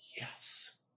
yes